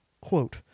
quote